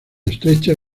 estrechas